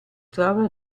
trova